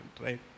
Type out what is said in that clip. right